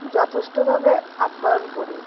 যথেষ্টভাবে আপ্যায়ন করি